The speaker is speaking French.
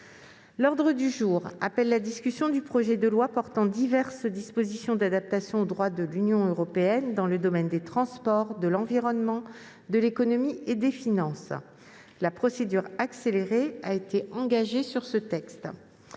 L'ordre du jour appelle la discussion du projet de loi portant diverses dispositions d'adaptation au droit de l'Union européenne dans le domaine des transports, de l'environnement, de l'économie et des finances (projet n° 535, texte